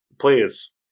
Please